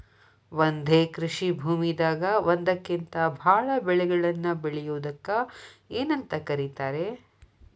ಒಂದೇ ಕೃಷಿ ಭೂಮಿದಾಗ ಒಂದಕ್ಕಿಂತ ಭಾಳ ಬೆಳೆಗಳನ್ನ ಬೆಳೆಯುವುದಕ್ಕ ಏನಂತ ಕರಿತಾರೇ?